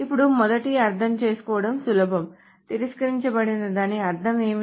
ఇప్పుడు మొదటిది అర్థం చేసుకోవడం సులభం తిరస్కరించబడిన దాని అర్థం ఏమిటి